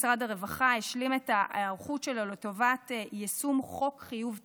משרד הרווחה השלים את ההיערכות שלו לטובת יישום חוק חיוב טיפול,